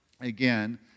again